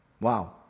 Wow